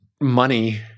money